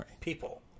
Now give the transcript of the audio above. People